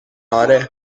آره